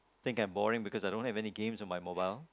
think I'm boring because I don't have any games on my mobile